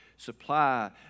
Supply